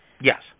Yes